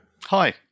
Hi